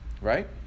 right